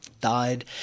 died